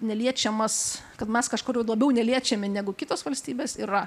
neliečiamas kad mes kažkur labiau neliečiami negu kitos valstybės yra